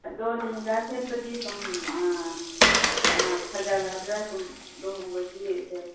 ꯑꯗꯣ ꯂꯦꯍꯦꯟꯒꯥ ꯁꯦꯠꯄꯗꯤ ꯁꯨꯝ ꯐꯖꯒꯗ꯭ꯔ ꯁꯨꯝ ꯂꯨꯍꯣꯡꯕꯒꯤꯁꯦ